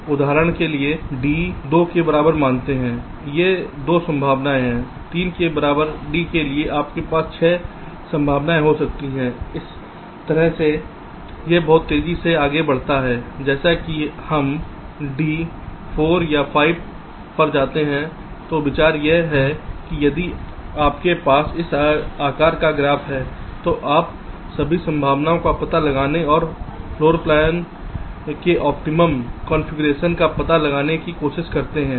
तो एक उदाहरण केवल लिए d 2 के बराबर मानते हैं ये 2 संभावनाएं हैं 3 के बराबर d के लिए आपके पास 6 संभावनाएं हो सकती हैं इस तरह से यह बहुत तेजी से आगे बढ़ता है जैसे कि हम d 4 या 5 पर जाते हैं तो विचार यह है कि यदि आपके पास उस आकार का ग्राफ़ है तो आप सभी संभावनाओं का पता लगाने और फर्श योजना के ऑप्टिमम कॉन्फ़िगरेशन का पता लगाने की कोशिश करते हैं